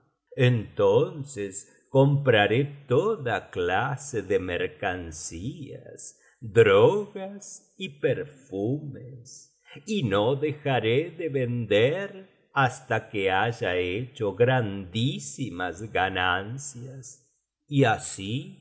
entonces compraré toda clase de mercancías drogas y perfumes y no dejaré de vender hasta que haya hecho grandísimas ganancias y así